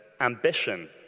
ambition